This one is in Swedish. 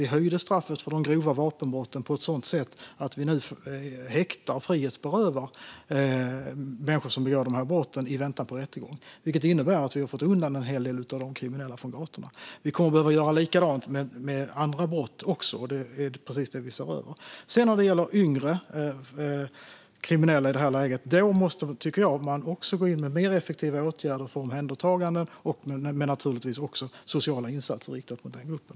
Vi höjde straffen för de grova vapenbrotten på ett sådant sätt att vi i väntan på rättegång numera häktar, alltså frihetsberövar, människor som begått dessa brott. Det innebär att vi har fått undan en hel del av de kriminella från gatorna. Vi kommer att behöva göra likadant med andra brott också, och det är precis det vi ser över. När det sedan gäller yngre kriminella tycker jag att man måste gå in med mer effektiva åtgärder för omhändertagande, men det krävs naturligtvis också sociala insatser riktade mot den gruppen.